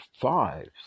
five